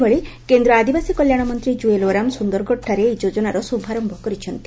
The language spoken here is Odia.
ସେହିଭଳି କେନ୍ଦ୍ ଆଦିବାସୀ କଲ୍ୟାଶମନ୍ତୀ ଜୁଏଲ ଓରାମ୍ ସୁନ୍ଦରଗଡଠାରେ ଏହି ଯୋଜନାର ଶ୍ରୁଭାରମ୍ୟ କରିଛନ୍ତି